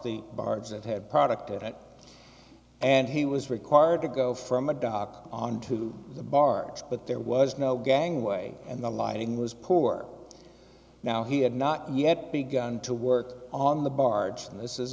the barge that had product it and he was required to go from a dock on to the barge but there was no gangway and the lighting was poor now he had not yet begun to work on the barge and this is